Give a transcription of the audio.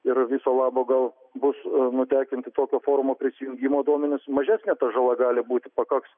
ir viso labo gal bus nutekinti tokio forumo prisijungimo duomenis mažesnė žala gali būti pakaks